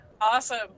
Awesome